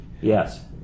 Yes